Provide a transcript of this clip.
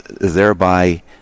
thereby